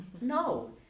No